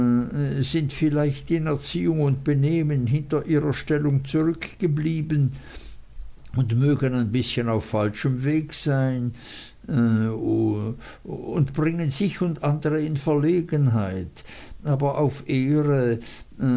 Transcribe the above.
sind vielleicht in erziehung und benehmen hinter ihrer stellung zurückgeblieben und mögen ein bißchen auf falschem weg sein äh und bringen sich und andere in verlegenheit aber auf ehre